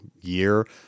year